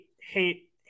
hate